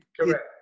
Correct